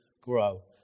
grow